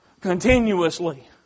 Continuously